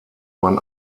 man